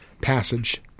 passage